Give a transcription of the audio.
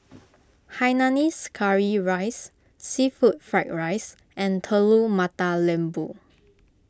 Hainanese Curry Rice Seafood Fried Rice and Telur Mata Lembu